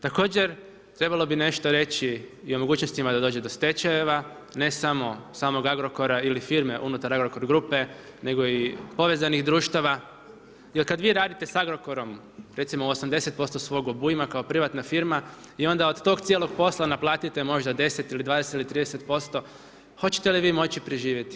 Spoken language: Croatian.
Također trebalo bi nešto reći i o mogućnostima da dođe do stečajeva, ne samo samog Agrokora ili firme unutar Agrokor grupe nego i povezanih društava jer vi kada radite sa Agrokorom, recimo 80% svog obujma kao privatna firma i onda od tog cijelog posla naplatite možda 10, 20 ili 30% hoćete li vi moći preživjeti?